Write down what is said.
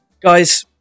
Guys